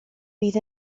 bydd